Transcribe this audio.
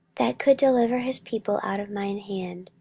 that could deliver his people out of mine hand,